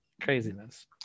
craziness